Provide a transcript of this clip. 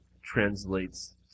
translates